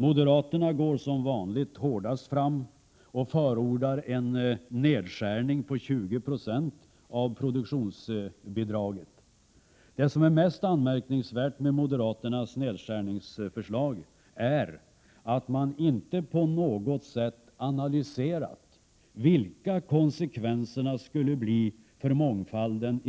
Moderaterna går som vanligt hårdast fram och förordar en nedskärning med 20 96 av produktionsbidraget. Det som är mest anmärkningsvärt med moderaternas nedskärningsförslag är att man inte på något sätt har analyserat vilka 17 Prot. 1987/88:118 konsekvenserna skulle bli för mångfalden